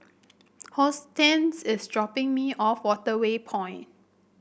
Hortense is dropping me off at Waterway Point